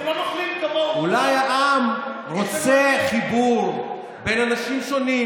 אנחנו לא, אולי העם רוצה חיבור בין אנשים שונים.